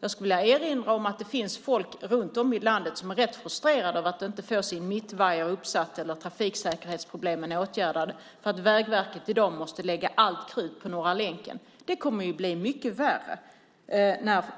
Jag skulle vilja erinra om att det finns folk runt om i landet som är rätt frustrerade över att de inte får sin mittvajer uppsatt eller trafiksäkerhetsproblemen åtgärdade för att Vägverket i dag måste lägga allt krut på Norra länken. Det kommer att bli mycket värre